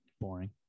boring